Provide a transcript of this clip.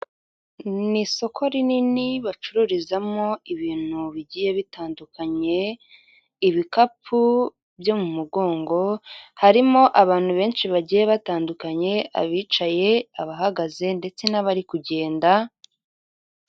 Ni isoko rinini bacururizamo ibintu bigiye bitandukanye, ibikapu byo mu mugongo harimo abantu benshi bagiye batandukanye abicaye, abahagaze ndetse n'abari kugenda.